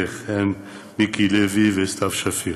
וכן מיקי לוי וסתיו שפיר.